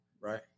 Right